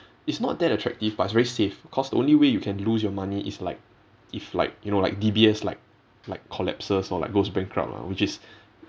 it's not that attractive but it's very safe cause the only way you can lose your money is like if like you know like D_B_S like like collapses or like goes bankrupt lah which is